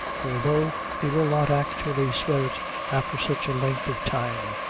although he will not actually swear it after such a length of time.